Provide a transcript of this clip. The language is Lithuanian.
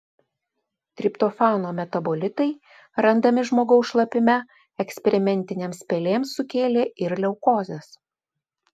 triptofano metabolitai randami žmogaus šlapime eksperimentinėms pelėms sukėlė ir leukozes